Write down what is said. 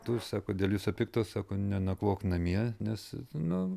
tu sako dėl viso pikto sako nenakvok namie nes nu